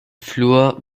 flur